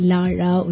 Lara